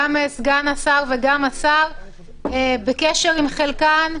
גם סגן השר וגם השר בקשר עם חלקן.